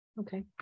Okay